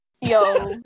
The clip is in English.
yo